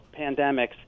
pandemics